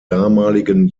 damaligen